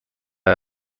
ولی